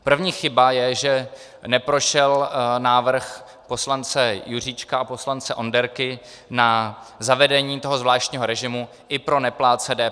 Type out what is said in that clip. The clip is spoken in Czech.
První chyba je, že neprošel návrh poslance Juříčka a poslance Onderky na zavedení toho zvláštního režimu i pro neplátce DPH.